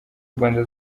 rwanda